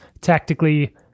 tactically